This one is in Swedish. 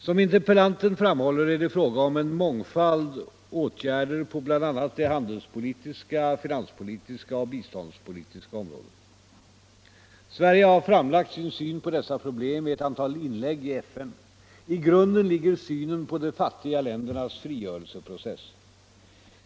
Som interpellanten framhåller är det fråga om en mångfald åtgärder på bl.a. det handelspolitiska, finanspolitiska och biståndspolitiska området. Sverige har framlagt sin syn på dessa problem i ett antal inlägg i FN. I grunden ligger synen på de fattiga ländernas frigörelseprocess.